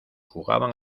jugaban